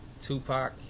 Tupac